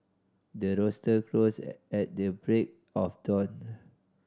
the rooster crows at the break of dawn